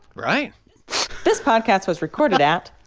right this podcast was recorded at.